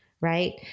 right